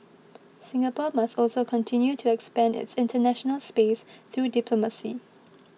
Singapore must also continue to expand its international space through diplomacy